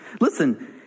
Listen